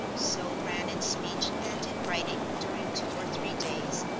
so ran in speech and in writing, during two or three days,